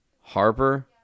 Harper